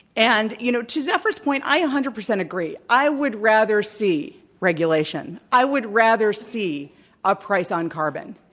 and, you know, to zephyr's point, i a hundred percent agree. i would rather see regulation. i would rather see a price on carbon.